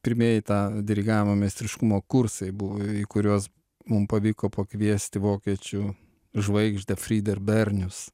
pirmieji tą dirigavimo meistriškumo kursai buvo į kuriuos mum pavyko pakviesti vokiečių žvaigždę friderbernius